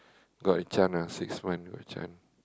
got a chance ah six month got a chance